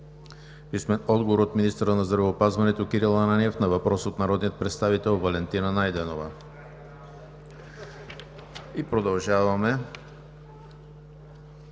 Сидорова; - министъра на здравеопазването Кирил Ананиев на въпрос от народния представител Валентина Найденова. Продължаваме